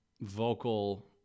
vocal